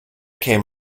came